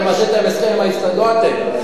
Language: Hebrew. עשיתם הסכם עם הסוכנות, לא אתם.